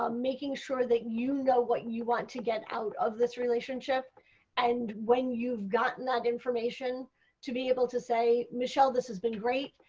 um making sure that you know what you want to get out of this relationship and when you have gotten that information to be able to say michelle, this has been great,